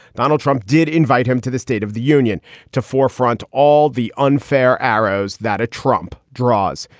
donald trump did invite him to the state of the union to forefront all the unfair arrows that a trump draws.